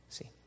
See